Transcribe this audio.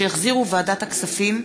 שהחזירו ועדת הכספים,